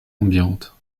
ambiante